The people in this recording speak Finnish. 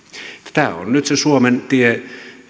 tämä on nyt se suomen tie